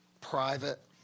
private